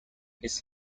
his